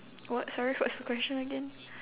what sorry what's the question again